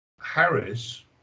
Harris